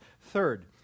Third